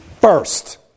first